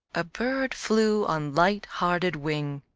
a bird flew on lighthearted wing.